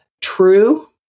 true